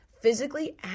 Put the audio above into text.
physically